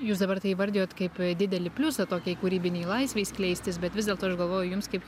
jūs dabar tai įvardijot kaip didelį pliusą tokiai kūrybinei laisvei skleistis bet vis dėlto aš galvoju jums kaip